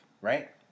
right